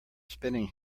spinning